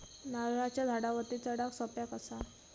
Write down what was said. नारळाच्या झाडावरती चडाक सोप्या कसा?